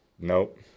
Nope